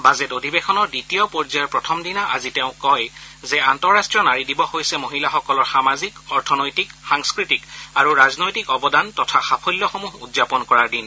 budget অধিবেশনৰ দ্বিতীয় পৰ্যায়ৰ প্ৰথমদিনা আজি তেওঁ কয় যে আন্তঃৰট্টীয় নাৰী দিৱস হৈছে মহিলাসকলৰ সামাজিক অৰ্থনৈতিক সাংস্থতিক আৰু ৰাজনৈতিক অৱদান তথা সাফল্যসমূহ উদযাপন কৰাৰ দিন